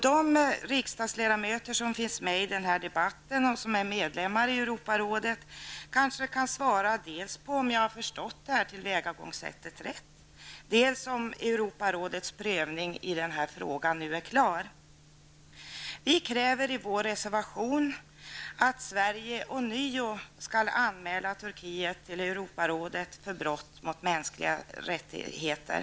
De riksdagsledamöter som finns med i den här debatten och som är medlemmar i Europarådet kanske kan svara på dels om jag har förstått tillvägagångssättet, dels om Europarådets prövning i den här frågan nu är klar. Vi kräver i vår reservation att Sverige ånyo skall anmäla Turkiet till Europarådet för brott mot mänskliga rättigheter.